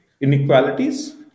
inequalities